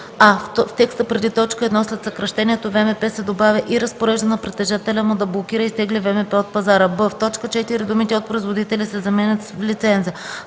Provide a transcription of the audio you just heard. а) в текста преди т. 1 след съкращението „ВМП” се добавя „и разпорежда на притежателя му да блокира и изтегли ВМП от пазара”; б) в т. 4 думите „от производителя” се заменят с „в лиценза”;